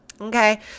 Okay